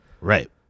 Right